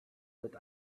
that